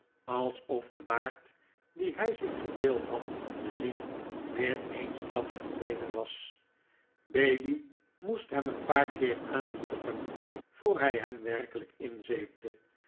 alsof de baard dien hij zich verbeeld had te zien weer eensklaps verdwenen was bailey moest hem een paar keer aanmoedigen voor hij hem werkelijk inzeepte